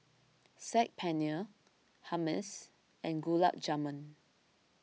Saag Paneer Hummus and Gulab Jamun